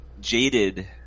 jaded